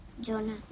Jonah